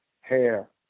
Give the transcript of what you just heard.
hair